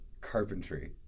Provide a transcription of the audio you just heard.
carpentry